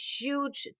huge